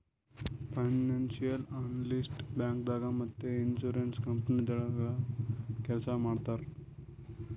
financial analyst ಬ್ಯಾಂಕ್ದಾಗ್ ಮತ್ತ್ insurance ಕಂಪನಿಗೊಳ್ದಾಗ ಕೆಲ್ಸ್ ಮಾಡ್ತರ್